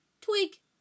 Tweak